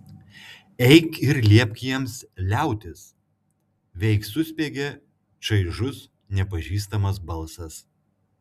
eik ir liepk jiems liautis veik suspiegė čaižus nepažįstamas balsas